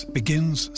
begins